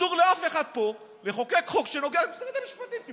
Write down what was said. אסור לאף אחד פה לחוקק חוק שנוגע למשרד המשפטים,